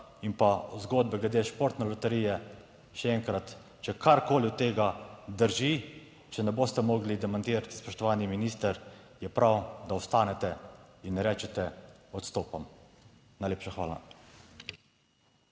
in pa zgodbe glede športne loterije, še enkrat, če karkoli od tega drži, če ne boste mogli demantirati, spoštovani minister, je prav, da ostanete in rečete, odstopam. Najlepša hvala.